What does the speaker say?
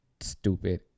stupid